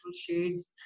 shades